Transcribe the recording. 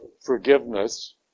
forgiveness